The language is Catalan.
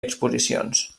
exposicions